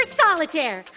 solitaire